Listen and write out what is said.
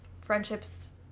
friendships